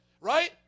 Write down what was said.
right